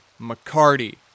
McCarty